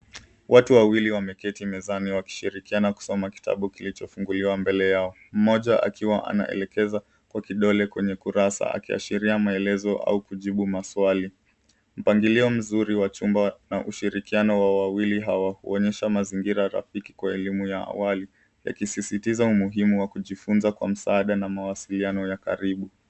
Watu wawili wameketi mezani wakishirikiana kusoma kitabu kilichofunguliwa mbele yao. Mmoja akiwa anaelekeza kidole kwenye kurasa, akiashiria maelezo au kujibu maswali. Mpangilio mzuri wachumba na ushirikiano wa wawili hawa waonyesha mazingira rafiki kwa elimu ya awali, yakisisitiza umuhimu wa kujifunza kwa msaada na mawasiliano ya karibu.